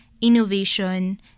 innovation